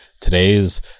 today's